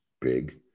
big